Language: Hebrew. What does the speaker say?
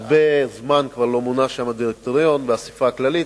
הרבה זמן לא מונה שם דירקטוריון באספה הכללית,